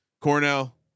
Cornell